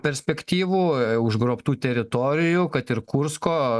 perspektyvų užgrobtų teritorijų kad ir kursko